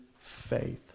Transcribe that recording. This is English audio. faith